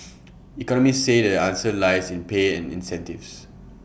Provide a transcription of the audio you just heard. economists say the answer lies in pay and incentives